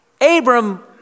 Abram